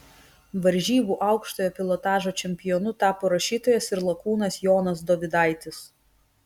varžybų aukštojo pilotažo čempionu tapo rašytojas ir lakūnas jonas dovydaitis